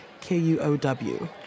KUOW